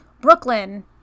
Brooklyn